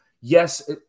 yes